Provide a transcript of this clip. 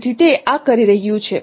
તેથી તે આ કરી રહ્યું છે